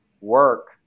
work